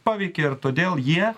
paveikė ir todėl jie